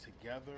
together